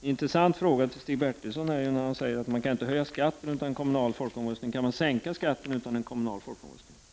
intressant fråga till Stig Bertilsson som sade att man inte skall kunna höja skatten utan kommunal folkomröstning: Kan man sänka skatten utan kommunal folkomröstning?